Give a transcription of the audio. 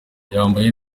yambaye